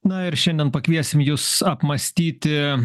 na ir šiandien pakviesim jus apmąstyti